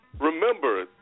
Remember